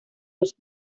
los